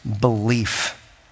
belief